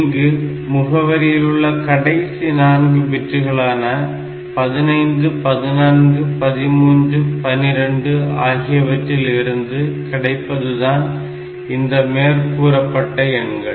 இங்கு முகவரியிலுள்ள கடைசி நான்கு பிட்டுகளான 15 14 13 12 ஆகியவற்றில் இருந்து கிடைப்பதுதான் இந்த மேற்கூறப்பட்ட எண்கள்